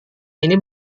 ini